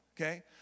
okay